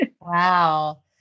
Wow